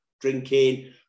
drinking